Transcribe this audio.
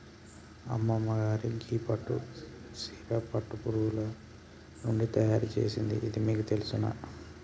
అమ్మగారు గీ పట్టు సీర పట్టు పురుగులు నుండి తయారు సేసింది ఇది మీకు తెలుసునా